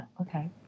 okay